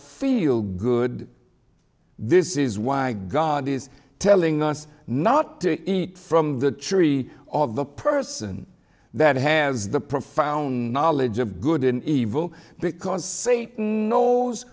feel good this is why god is telling us not to eat from the tree of the person that has the profound knowledge of good in evil